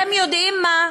חברי הכנסת, אתם יודעים מה?